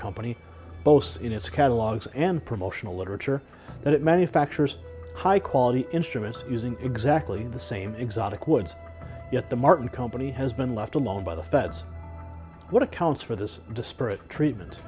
company boasts in its catalogs and promotional literature that it manufactures high quality instruments using exactly the same exotic woods yet the martin company has been left alone by the feds what accounts for this disparate treatment